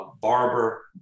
Barber